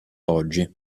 oggi